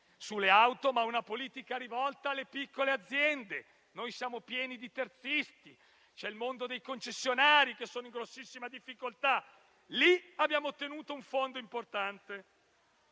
sulle auto, ma una politica rivolta alle piccole aziende. Noi siamo pieni di terzisti; c'è il mondo dei concessionari che è in notevole difficoltà e per loro abbiamo ottenuto un fondo importante.